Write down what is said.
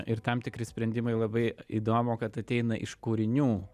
ir tam tikri sprendimai labai įdomu kad ateina iš kūrinių